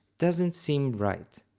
doesn't seem right.